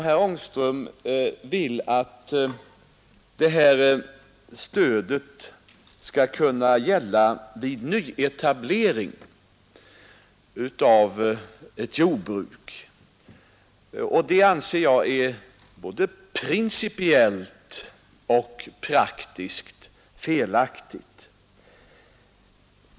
Herr Angström vill att stödet skall kunna gälla vid nyetablering av jordbruk. Det anser jag är både principiellt och praktiskt felaktigt.